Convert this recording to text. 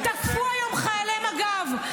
תקפו היום חיילי מג"ב,